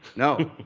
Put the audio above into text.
no.